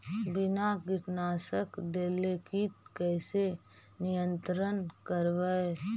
बिना कीटनाशक देले किट कैसे नियंत्रन करबै?